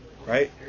Right